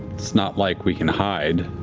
it's not like we can hide.